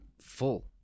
full